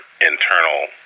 internal